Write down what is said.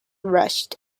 rushed